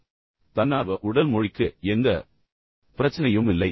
இப்போது தன்னார்வ உடல் மொழிக்கு எந்த பிரச்சனையும் இல்லை எந்த பிரச்சனையும் இல்லை